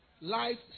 life